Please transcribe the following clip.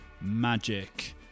Magic